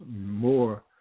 more